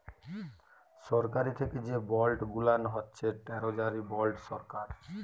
সরকারি থ্যাকে যে বল্ড গুলান হছে টেরজারি বল্ড সরকার